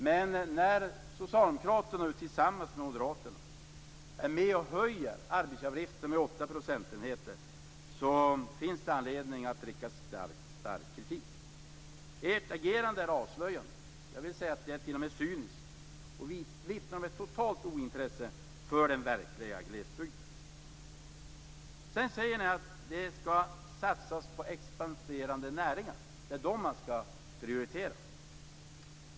Men när socialdemokraterna tillsammans med moderaterna är med om att höja arbetsgivaravgifterna med åtta procentenheter finns det anledning att rikta stark kritik. Ert agerande är cyniskt och vittnar om ett totalt ointresse för den verkliga glesbygden. Sedan säger ni att det skall satsas på expanderande näringar, det är dessa som man skall prioritera.